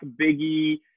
Biggie